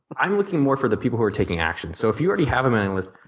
i'm looking more for the people who are taking action. so if you already have a mailing list,